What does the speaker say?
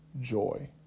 joy